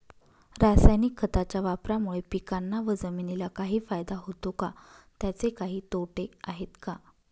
रासायनिक खताच्या वापरामुळे पिकांना व जमिनीला काही फायदा होतो का? त्याचे काही तोटे आहेत का?